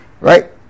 Right